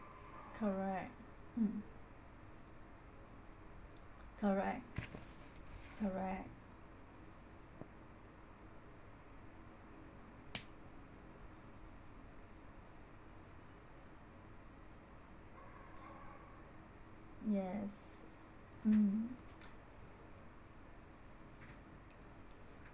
correct mm correct correct yes mm